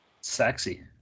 sexy